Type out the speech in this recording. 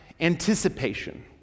anticipation